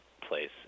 place